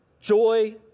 Joy